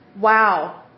wow